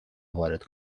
وارد